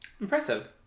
Impressive